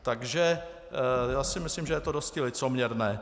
Takže si myslím, že je to dosti licoměrné.